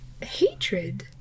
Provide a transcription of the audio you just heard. hatred